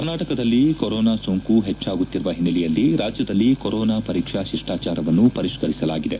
ಕರ್ನಾಟಕದಲ್ಲಿ ಕೊರೊನಾ ಸೋಂಕು ಹೆಚ್ಲಾಗುತ್ತಿರುವ ಹಿನ್ನೆಲೆಯಲ್ಲಿ ರಾಜ್ಯದಲ್ಲಿ ಕೊರೊನಾ ಪರೀಕ್ಷೆ ಶಿಷ್ಟಾಚಾರವನ್ನು ಪರಿಷ್ತರಿಸಲಾಗಿದೆ